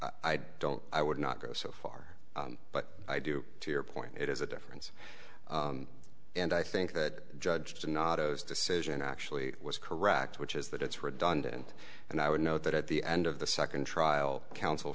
i don't i would not go so far but i do to your point it is a difference and i think that judge to not ose decision actually was correct which is that it's redundant and i would note that at the end of the second trial counsel